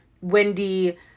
Wendy